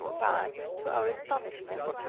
but, to our astonishment,